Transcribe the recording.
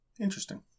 Interesting